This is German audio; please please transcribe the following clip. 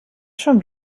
schon